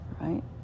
right